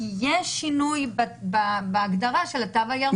כי יש שינוי בהגדרה של התו הירוק.